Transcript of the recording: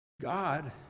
God